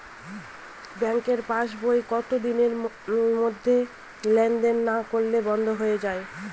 ব্যাঙ্কের পাস বই কত দিনের মধ্যে লেন দেন না করলে বন্ধ হয়ে য়ায়?